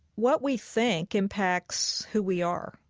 what we think impacts who we are.